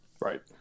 right